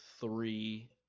three